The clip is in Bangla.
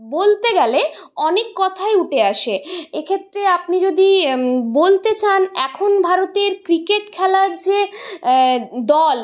বলতে গেলে অনেক কথাই উঠে আসে এক্ষেত্রে আপনি যদি বলতে চান এখন ভারতের ক্রিকেট খেলার যে দল